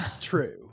True